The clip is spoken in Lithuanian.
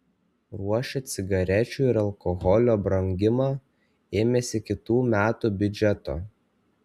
ruošia cigarečių ir alkoholio brangimą ėmėsi kitų metų biudžeto